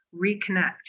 reconnect